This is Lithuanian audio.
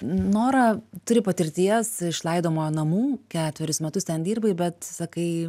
nora turi patirties iš laidojimo namų ketverius metus ten dirbai bet sakai